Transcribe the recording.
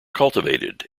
cultivated